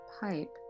pipe